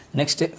next